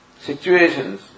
situations